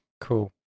Cool